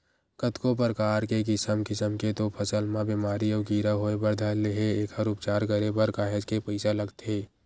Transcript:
कतको परकार के किसम किसम के तो फसल म बेमारी अउ कीरा होय बर धर ले एखर उपचार करे बर काहेच के पइसा लगथे